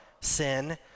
sin